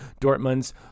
Dortmund's